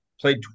played